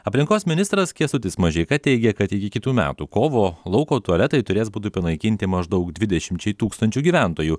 aplinkos ministras kęstutis mažeika teigė kad iki kitų metų kovo lauko tualetai turės būti panaikinti maždaug dvidešimčiai tūkstančių gyventojų